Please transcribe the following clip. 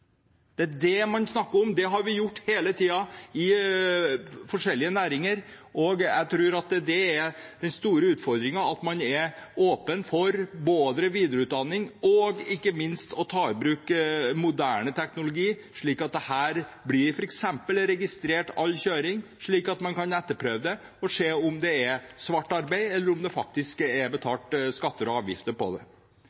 det er det man snakker om. Det har man gjort hele tiden i forskjellige næringer. Jeg tror at det er den store utfordringen, at man er åpen for videreutdanning og ikke minst å ta i bruk moderne teknologi, slik at f.eks. all kjøring blir registrert, så man kan etterprøve det og se om det er svart arbeid, eller om det faktisk er